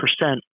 percent